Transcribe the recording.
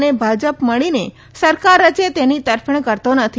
અને ભાજપમ મળીને સરકાર રચે તેની તરફેણ કરતો નથી